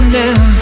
now